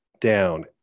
down